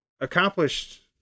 Accomplished